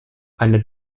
eine